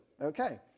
okay